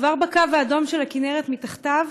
כבר בקו האדום של הכינרת, מתחתיו,